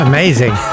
Amazing